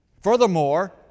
Furthermore